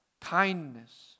kindness